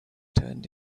turned